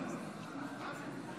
אני